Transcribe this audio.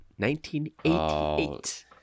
1988